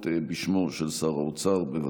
לפיכך,